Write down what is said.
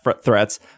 threats